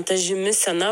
ta žymi scena